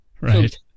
Right